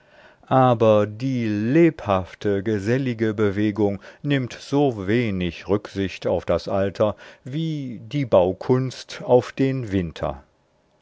aber die lebhafte gesellige bewegung nimmt so wenig rücksicht auf das alter wie die baukunst auf den winter